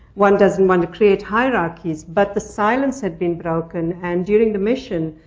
one doesn't want to create hierarchies. but the silence had been broken, and during the mission